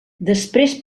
després